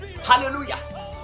Hallelujah